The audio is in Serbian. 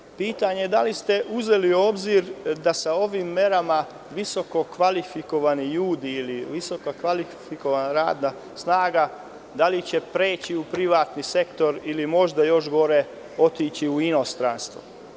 Sledeće pitanje – da li ste uzeli u obzir da će sa ovim merama visokokvalifikovani ljudi ili visokokvalifikovana radna snaga preći u privatni sektor ili da će, možda još gore, otići u inostranstvo?